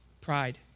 Pride